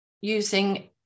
using